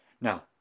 now